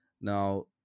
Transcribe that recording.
Now